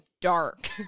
dark